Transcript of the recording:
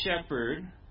shepherd